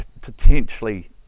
potentially